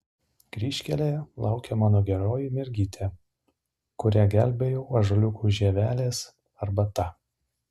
kryžkelėje laukia mano geroji mergytė kurią gelbėjau ąžuoliukų žievelės arbata